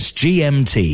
gmt